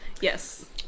Yes